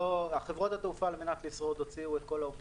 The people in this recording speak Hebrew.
אין להן